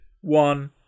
one